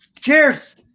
Cheers